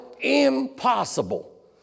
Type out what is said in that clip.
impossible